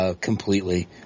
Completely